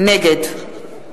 נגד